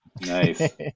Nice